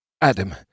Adam